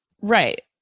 Right